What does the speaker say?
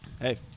hey